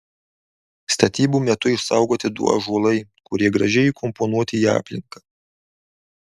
statybų metu išsaugoti du ąžuolai kurie gražiai įkomponuoti į aplinką